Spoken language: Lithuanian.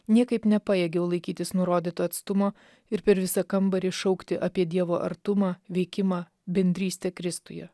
niekaip nepajėgiau laikytis nurodyto atstumo ir per visą kambarį šaukti apie dievo artumą veikimą bendrystę kristuje